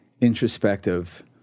introspective